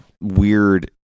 weird